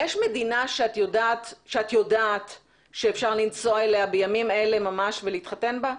יש מדינה שאת יודעת שאפשר לנסוע אליה בימים אלה ממש ולהתחתן בה?